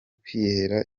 kwihera